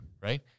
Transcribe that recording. right